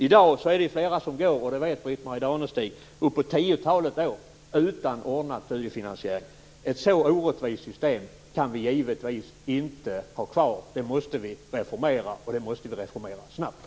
I dag är det flera som går, det vet Britt-Marie Danestig, uppåt tiotalet år utan ordnad studiefinansiering. Ett så orättvist system kan vi givetvis inte ha kvar. Det måste vi reformera, och det måste vi reformera snabbt.